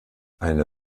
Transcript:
eine